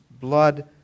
blood